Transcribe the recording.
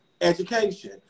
education